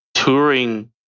Touring